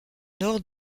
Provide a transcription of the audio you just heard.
nord